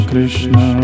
Krishna